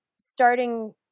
starting